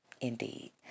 indeed